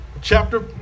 Chapter